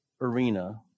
arena